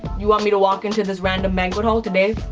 you want me to walk into this random banquet hall today,